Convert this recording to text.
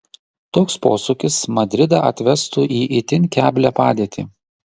toks posūkis madridą atvestų į itin keblią padėtį